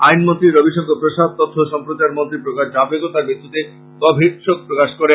আইন মন্ত্রী রবিশঙ্কর প্রসাদ তথ্যা ও সম্প্রচার মন্ত্রী প্রকাশ জাভরেকর তাঁর মৃত্যুতে গভীর শোক প্রকাশ করেন